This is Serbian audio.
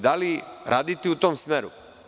Da li raditi u tom smeru?